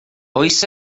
oes